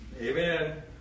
Amen